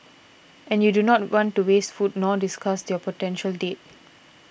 and you do not want to waste food nor disgust your potential date